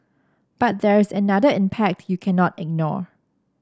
but there is another impact you cannot ignore